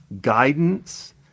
guidance